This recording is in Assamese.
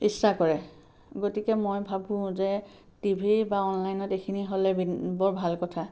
ইচ্ছা কৰে গতিকে মই ভাবো যে টি ভি বা অনলাইনত এইখিনি হ'লে বি বৰ ভাল কথা